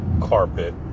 carpet